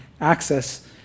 access